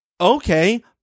Okay